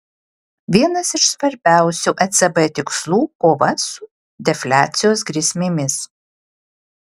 vienas iš svarbiausių ecb tikslų kova su defliacijos grėsmėmis